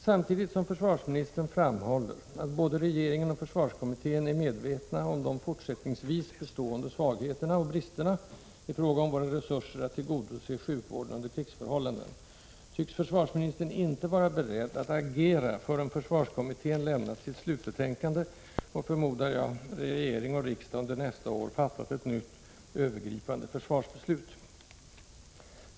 Samtidigt som försvarsministern framhåller att både regeringen och försvarskommittén är medvetna om de fortsättningsvis bestående svagheterna och bristerna i fråga om våra resurser att tillgodose sjukvården under krigsförhållanden, tycks försvarsministern inte vara beredd att agera förrän försvarskommittén lämnat sitt slutbetänkande och — förmodar jag — regering och riksdag under nästa år fattat ett nytt, övergripande försvarsbeslut.